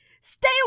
Stay